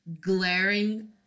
glaring